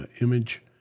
image